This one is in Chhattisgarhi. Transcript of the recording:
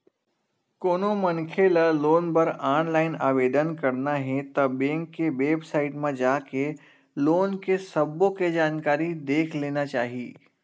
कोनो मनखे ल लोन बर ऑनलाईन आवेदन करना हे ता बेंक के बेबसाइट म जाके लोन के सब्बो के जानकारी देख लेना चाही